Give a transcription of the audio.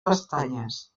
pestanyes